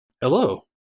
Hello